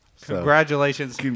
Congratulations